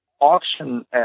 Auction